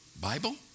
Bible